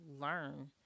learn